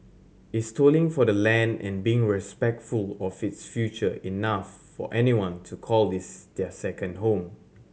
is toiling for the land and being respectful of its future enough for anyone to call this their second home